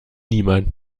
niemand